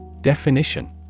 Definition